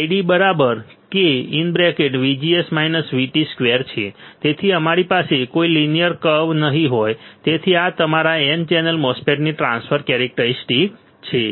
ID k2 તેથી અમારી પાસે કોઈ લિનિયર કર્વ નહીં હોય તેથી આ તમારા n ચેનલ MOSFET ની ટ્રાન્સફર કેરેક્ટરીસ્ટિક્સ છે